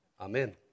Amen